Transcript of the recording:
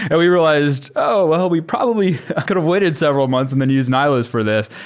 and we realized, oh! well, we probably could've waited several months and then use nihilist for this.